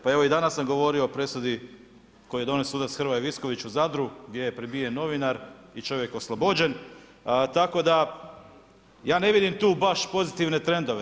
Pa evo i danas sam govorio o presudi koju je donio sudac Hrvoje Visković u Zadru gdje je prebijen novinar i čovjek oslobođen, tako da ja ne vidim tu baš pozitivne trendove.